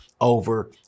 over